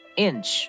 inch